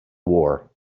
war